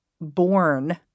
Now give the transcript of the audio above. born